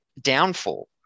downfall